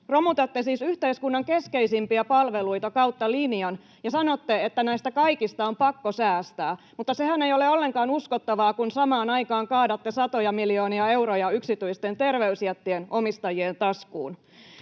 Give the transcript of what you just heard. Romutatte siis yhteiskunnan keskeisimpiä palveluita kautta linjan ja sanotte, että näistä kaikista on pakko säästää, mutta sehän ei ole ollenkaan uskottavaa, kun samaan aikaan kaadatte satoja miljoonia euroja yksityisten terveysjättien omistajien taskuun.